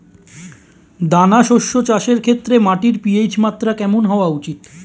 দানা শস্য চাষের ক্ষেত্রে মাটির পি.এইচ মাত্রা কেমন হওয়া উচিৎ?